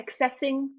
accessing